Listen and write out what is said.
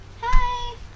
Hi